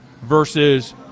versus –